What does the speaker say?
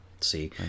See